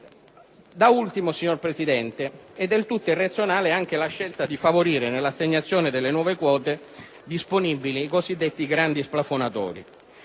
Da ultimo, signor Presidente, appare del tutto irrazionale anche la scelta di favorire, nell'assegnazione delle nuove quote disponibili, i cosiddetti grandi splafonatori,